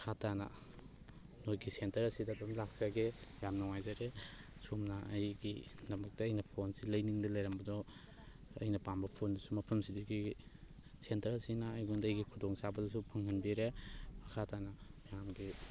ꯃꯈꯥ ꯇꯥꯅ ꯅꯣꯏꯒꯤ ꯁꯦꯟꯇꯔ ꯑꯁꯤꯗ ꯑꯗꯨꯝ ꯂꯥꯛꯆꯒꯦ ꯌꯥꯝ ꯅꯨꯡꯉꯥꯏꯖꯔꯦ ꯑꯁꯨꯝꯅ ꯑꯩꯒꯤꯗꯃꯛꯇ ꯑꯩꯅ ꯐꯣꯟꯁꯤ ꯂꯩꯅꯤꯡꯗꯅ ꯂꯩꯔꯝꯕꯗꯣ ꯑꯩꯅ ꯄꯥꯝꯕ ꯐꯣꯟꯗꯨꯁꯨ ꯃꯐꯝꯁꯤꯗꯒꯤ ꯁꯦꯟꯇꯔꯁꯤꯅ ꯑꯩꯉꯣꯟꯗꯒꯤ ꯈꯨꯗꯣꯡꯆꯥꯕꯗꯨꯁꯨ ꯐꯪꯍꯟꯕꯤꯔꯦ ꯃꯈꯥ ꯇꯥꯅ ꯃꯌꯥꯝꯒꯤ